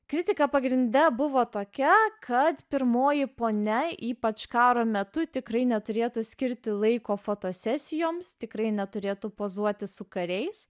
kritika pagrinde buvo tokia kad pirmoji ponia ypač karo metu tikrai neturėtų skirti laiko fotosesijoms tikrai neturėtų pozuoti su kariais